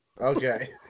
okay